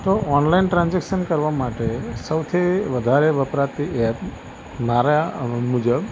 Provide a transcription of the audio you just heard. તો online transaction કરવા માટે સૌથી વધારે વપરાતી ઍપ મારા મુજબ